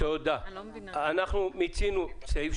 אנחנו מיצינו את סעיף,